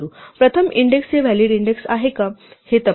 प्रथम इंडेक्स हे valid index आहे का हे तपासा